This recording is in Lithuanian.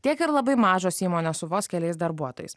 tiek ir labai mažos įmonės su vos keliais darbuotojais